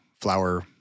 flower